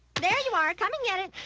there you are, come and get it.